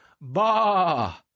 bah